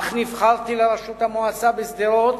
אך נבחרתי לראשות המועצה בשדרות,